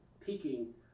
peaking